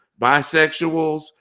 bisexuals